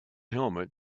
helmet